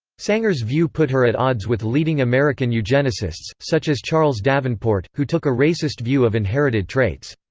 sanger's view put her at odds with leading american eugenicists, such as charles davenport, who took a racist view of inherited traits.